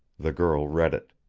the girl read it.